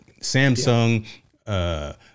Samsung